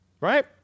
Right